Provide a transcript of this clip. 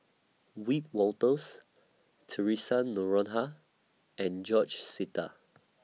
Wiebe Wolters Theresa Noronha and George Sita